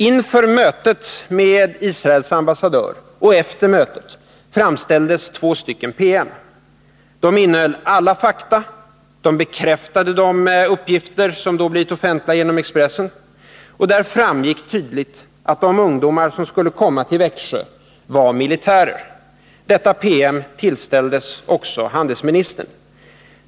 Inför mötet med Israels ambassadör och efter mötet framställdes två PM. De innehöll alla fakta. De bekräftade de uppgifter som då blivit offentliga genom Expressen. Och där framgick tydligt att de ungdomar som skulle komma till Växjö var militärer. Dessa PM tillställdes också handelsministern.